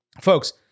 Folks